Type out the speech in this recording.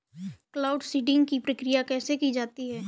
Cloud seeding की प्रक्रिया कैसे की जाती है?